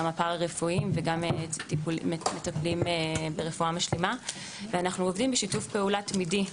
גם הפרא-רפואיות וגם ברפואה משלימה ואנחנו עובדים בשיתוף פעולה תמידי,